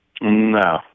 No